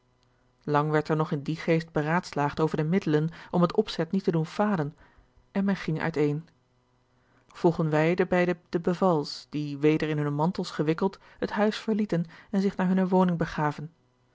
lang werd er nog in dien geest beraadslaagd over de middelen om het opzet niet te doen falen en men ging uiteen volgen wij de beide de bevals die weder in hunne mantels gewikkeld het huis verlieten en zich naar hunne woning begaven